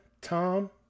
Tom